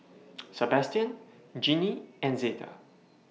Sebastian Jeannie and Zeta